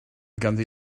ganddi